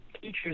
teachers